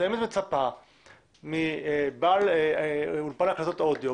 אבל האם את מצפה מבעל אולפן הקלטות אודיו,